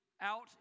out